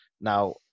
now